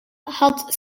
had